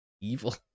evil